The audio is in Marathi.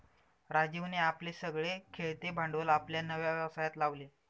राजीवने आपले सगळे खेळते भांडवल आपल्या नव्या व्यवसायात लावले